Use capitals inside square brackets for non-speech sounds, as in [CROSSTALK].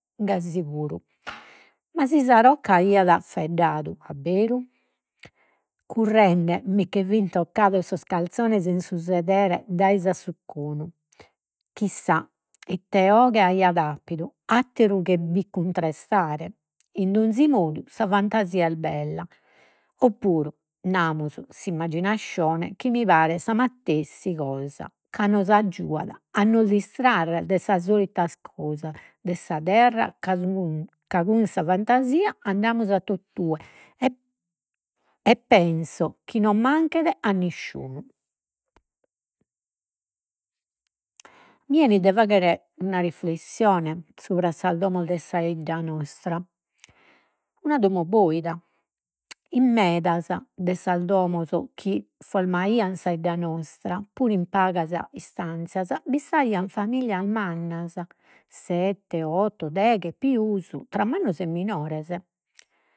Gasi puru. [NOISE] Ma si sa rocca aiat faeddadu abberu, currende mi che fin toccados sos carzones in su sedere dae s'assucconu. Chissà ite 'oghe aiat apidu, atteru che bi cuntrestare. In donzi modu sa fantasia est bella, oppuru namus s'immagginascione, chi mi paret sa matessi cosa, ca nos aggiuat a nos distraere de sas solitas [HESITATION] de sa terra, ca [HESITATION] ca cun sa fantasia andamus a totue e [HESITATION] penso chi non manchet a nisciunu. Mi 'enit de faghere una riflessione supra sas domos de sa 'idda nostra. Una domo boida. [NOISE] In medas de sas domos chi formaian sa 'idda nostra, puru in pagas istanzias bi istaian familias mannas, sette, otto, deghe e pius, tra mannos e minores.